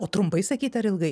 o trumpai sakyt ar ilgai